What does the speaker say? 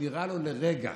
שנראה לו לרגע